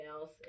else